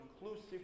inclusive